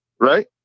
Right